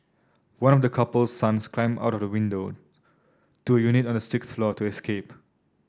one of the couple's sons climbed out of the window to a unit on the sixth floor to escaped